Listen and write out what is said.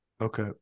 Okay